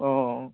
অঁ